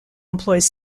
employs